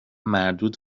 مردود